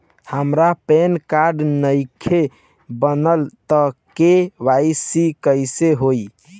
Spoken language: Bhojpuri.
हमार पैन कार्ड नईखे बनल त के.वाइ.सी कइसे होई?